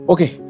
Okay